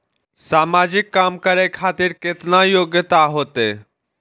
समाजिक काम करें खातिर केतना योग्यता होते?